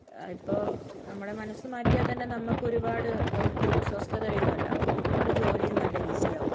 ഇപ്പോൾ നമ്മുടെ മനസ്സ് മാറ്റിയാൽത്തന്നെ നമ്മൾക്കൊരുപാട് ഒരു സ്വസ്ഥത വരുമല്ലോ അപ്പോൾ നമ്മുടെ ജോലിയും നല്ല ഈസിയാവും